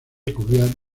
peculiar